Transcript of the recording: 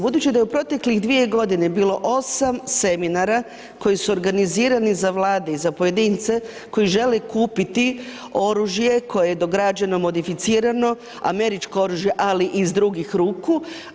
Budući da je u proteklih dvije godine bilo 8 seminara koji su organizirani za Vlade i za pojedince koji želi kupiti oružje koje je do građana modificirano, američko oružje, ali iz drugih ruku.